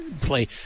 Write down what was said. play